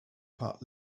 part